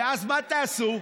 ואז, מה תעשו?